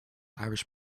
irish